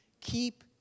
Keep